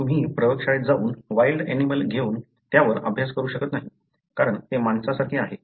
तुम्ही प्रयोगशाळेत जाऊन वन्य ऍनिमलं घेऊन त्यावर अभ्यास करू शकत नाही कारण ते माणसासारखे आहेत